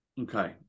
Okay